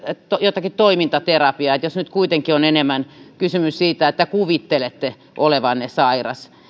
jotakin toimintaterapiaa että jos nyt kuitenkin on enemmän kysymys siitä että kuvittelette olevanne sairas